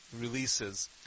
releases